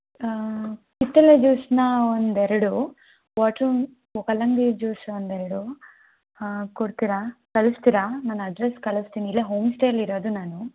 ಕಿತ್ತಳೆ ಜ್ಯೂಸ್ನ ಒಂದೆರಡು ವಾಟ್ರು ಕಲ್ಲಂಗಡಿ ಜ್ಯೂಸ್ ಒಂದೆರಡು ಕೊಡ್ತೀರಾ ಕಳಿಸ್ತೀರಾ ನಾನು ಅಡ್ರೆಸ್ ಕಳಿಸ್ತೀನಿ ಇಲ್ಲೇ ಹೋಮ್ಸ್ಟೇಲ್ಲಿ ಇರೋದು ನಾನು